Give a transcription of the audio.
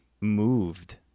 moved